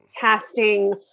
casting